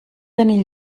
tenir